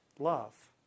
love